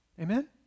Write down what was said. Amen